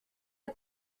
are